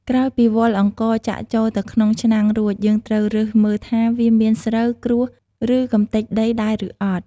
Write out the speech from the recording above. ក្រោយពីវាល់អង្ករចាក់ចូលទៅក្នុងឆ្នាំងរួច យើងត្រូវរើសមើលថា វាមានស្រូវ ក្រួស ឬ កម្ទេចដីដែរឬអត់។